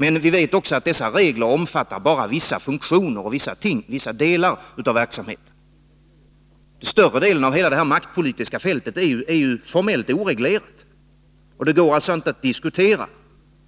Men vi vet också att dessa regler omfattar bara vissa funktioner och vissa delar av verksamheten. Större delen av det maktpolitiska fältet är ju formellt oreglerad. Det går alltså inte att diskutera frågan